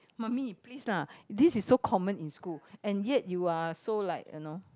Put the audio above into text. mummy please lah this is so common in school and yet you are so like you know